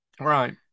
Right